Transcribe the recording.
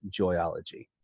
Joyology